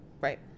Right